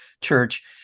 church